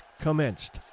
commenced